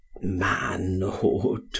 manhood